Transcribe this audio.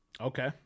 Okay